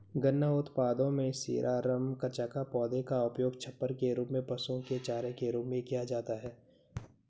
गन्ना उत्पादों में शीरा, रम, कचाका, पौधे का उपयोग छप्पर के रूप में, पशुओं के चारे के रूप में किया जाता है